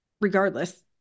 regardless